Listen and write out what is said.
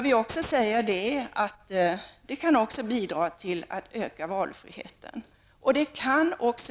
Vi säger också att detta kan bidra till att öka valfriheten.